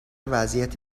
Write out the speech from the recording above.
وضعیت